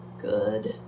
Good